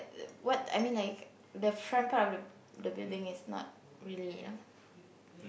what I mean like the front part of the building is not really you know